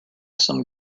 some